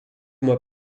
mois